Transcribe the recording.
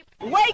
wake